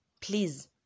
please